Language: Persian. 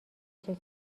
شکر